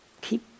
keep